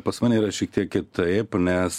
pas mane yra šiek tiek kitaip nes